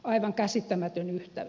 aivan käsittämätön yhtälö